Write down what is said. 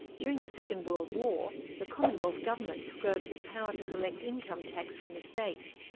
during the second world war, the commonwealth government took over the power to collect income tax from the states,